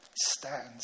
stands